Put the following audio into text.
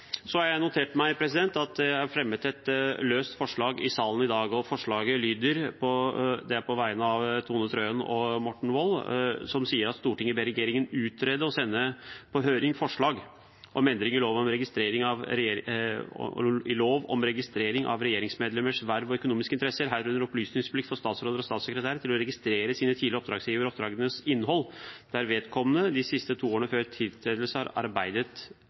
har notert meg at det er fremmet et løst forslag til saken i salen i dag. Forslaget er fremmet av presidentskapets medlemmer Tone Wilhelmsen Trøen og Morten Wold og lyder: «Stortinget ber regjeringen utrede og sende på høring forslag om endring i lov om registrering av regjeringsmedlemmers verv og økonomiske interesser. Herunder opplysningsplikt for statsråder og statssekretærer til å registrere sine tidligere oppdragsgivere og oppdragenes innhold der vedkommende, de siste to år før tiltredelse, har arbeidet